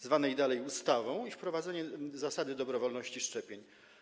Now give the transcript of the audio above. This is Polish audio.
zwanej dalej ustawą, i wprowadzenie zasady dobrowolności szczepień.